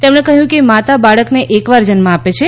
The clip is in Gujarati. તેમણે કહયું કે માતા બાળકને એકવાર જન્મ આપે છે